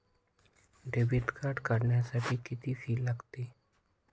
Debit card काढण्यासाठी किती fee लागते?